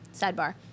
Sidebar